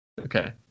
Okay